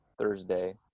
Thursday